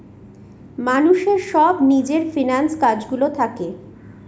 মানুষের সব নিজের ফিন্যান্স কাজ গুলো থাকে